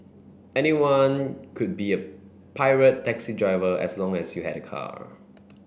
anyone could be a pirate taxi driver as long as you had a car